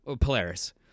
Polaris